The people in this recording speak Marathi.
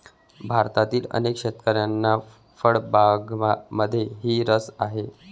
भारतातील अनेक शेतकऱ्यांना फळबागांमध्येही रस आहे